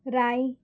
राय